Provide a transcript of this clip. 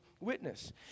witness